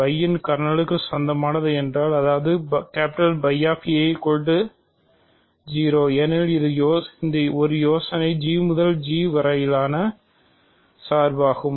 φ இன் கர்னலுக்கு சொந்தமானது என்றால் அதாவது என்பது 0 ஏனெனில் ஒரு யோசனை G முதல் G வரையிலான சார்பாகும்